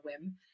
whim